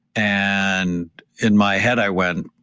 and in my head, i went,